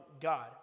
God